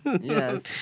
Yes